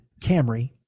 Camry